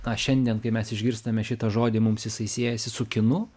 tą šiandien kai mes išgirstame šitą žodį mums jisai siejasi su kinu